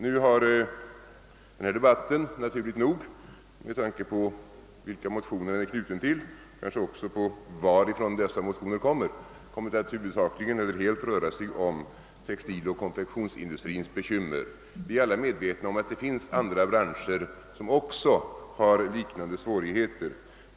Debatten i detta ärende har — naturligt nog med tanke på vilka motioner den är knuten till och kanske också vilka som väckt dessa motioner — kommit att helt röra sig om textiloch konfektionsindustrins bekymmer. Vi är alla medvetna om att det finns andra branscher, som har likartade svårigheter.